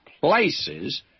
...places